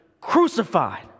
crucified